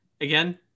again